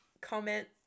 comment